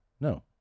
no